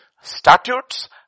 statutes